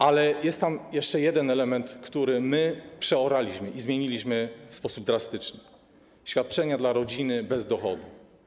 Ale jest tam jeszcze jeden element, który my przeoraliśmy i zmieniliśmy w sposób drastyczny: świadczenia dla rodziny bez dochodu.